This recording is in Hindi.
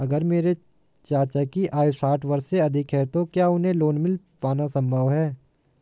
अगर मेरे चाचा की आयु साठ वर्ष से अधिक है तो क्या उन्हें लोन मिल पाना संभव है?